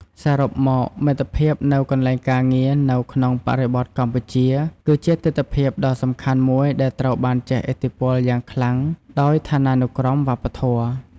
សរុបមក មិត្តភាពនៅកន្លែងការងារនៅក្នុងបរិបទកម្ពុជាគឺជាទិដ្ឋភាពដ៏សំខាន់មួយដែលត្រូវបានជះឥទ្ធិពលយ៉ាងខ្លាំងដោយឋានានុក្រមវប្បធម៌។